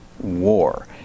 war